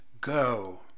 go